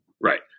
Right